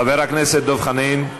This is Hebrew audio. חבר הכנסת חנין,